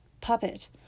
puppet